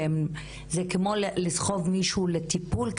זה כמו לסחוב מישהו לטיפול,